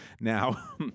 Now